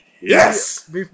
Yes